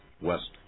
west